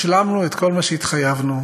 השלמנו את כל מה שהתחייבנו לו